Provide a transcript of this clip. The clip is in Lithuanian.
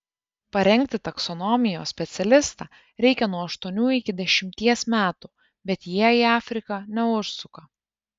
parengti taksonomijos specialistą reikia nuo aštuonių iki dešimties metų bet jie į afriką neužsuka